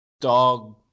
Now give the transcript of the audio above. Dog